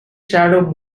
shadow